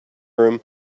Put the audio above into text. room